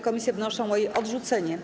Komisje wnoszą o jej odrzucenie.